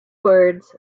words